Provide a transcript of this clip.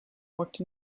worked